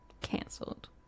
cancelled